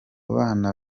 bana